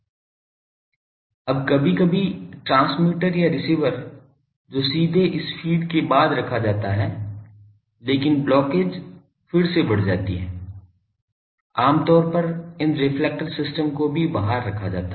अब कभी कभी ट्रांसमीटर या रिसीवर जो सीधे इस फ़ीड के बाद रखा जाता है लेकिन ब्लॉकेज फिर से बढ़ जाती है आम तौर पर इन रिफ्लेक्टर सिस्टम को भी बाहर रखा जाता है